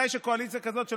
קואליציה כזאת,